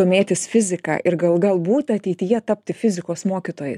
domėtis fizika ir gal galbūt ateityje tapti fizikos mokytojais